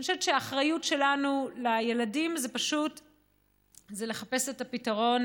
אני חושבת שהאחריות שלנו לילדים זה לחפש את הפתרון,